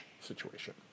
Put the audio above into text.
situation